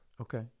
Okay